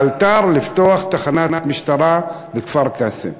לאלתר לפתוח תחנת משטרה בכפר-קאסם,